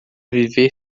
viver